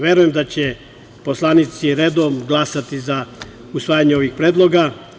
Verujem da će poslanici redom glasati za usvajanje ovih predloga.